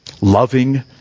Loving